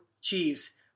Chiefs